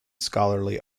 scholarly